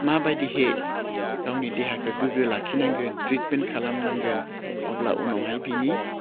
मा बायदिहै गावनि देहाखौ गोग्गो लाखिनांगोन ट्रिटमेन्ट खालामनांगोन अब्ला उनावहाय बिनि